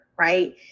right